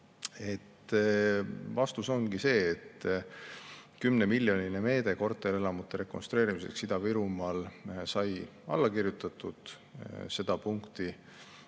Vastus ongi see, et 10‑miljoniline meede korterelamute rekonstrueerimiseks Ida-Virumaal sai alla kirjutatud. Seda on